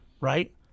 right